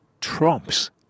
trumps